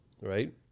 right